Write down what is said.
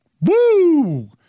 woo